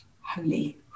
holy